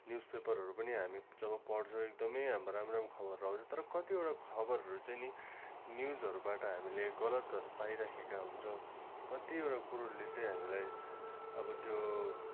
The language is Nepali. न्युज पेपरहरू पनि हामी जब पढ्छौँ एकदमै हाम्रो राम्रो राम्रो खबरहरू तर कतिवटा खबरहरू चाहिँ नि न्युजहरूबाट हामीले गलतहरू पाइरहेका हुन्छौँ कतिवटा कुरोले चाहिँ हामीलाई अब त्यो